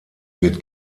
wird